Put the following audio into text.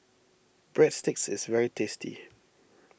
Breadsticks is very tasty